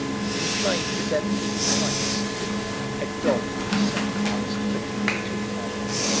he complied with their pagan rites a dog was sacrificed between the two armies